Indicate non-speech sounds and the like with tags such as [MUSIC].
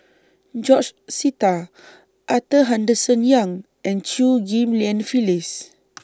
George Sita Arthur Henderson Young and Chew Ghim Lian Phyllis [NOISE]